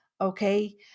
Okay